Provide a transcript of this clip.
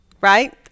right